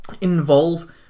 involve